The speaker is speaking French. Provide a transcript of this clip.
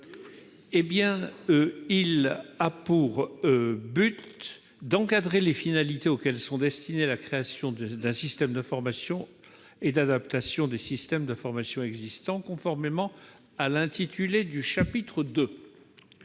Cet amendement tend à encadrer les finalités auxquelles sont destinées la création d'un système d'information et l'adaptation des systèmes d'information existants, conformément à l'intitulé du chapitre II